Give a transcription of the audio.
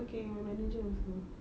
it's okay my manager also